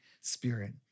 Spirit